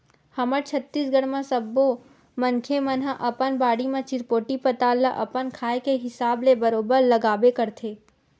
हमर छत्तीसगढ़ म सब्बो मनखे मन ह अपन बाड़ी म चिरपोटी पताल ल अपन खाए के हिसाब ले बरोबर लगाबे करथे